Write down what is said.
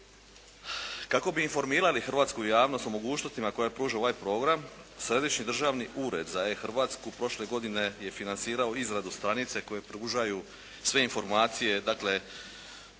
Kako bi informirali hrvatsku javnost o mogućnostima koje pruža ovaj program Središnji državni ured za e-Hrvatsku prošle godine je financirao izradu stranica koje pružaju sve informacije, dakle